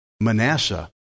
Manasseh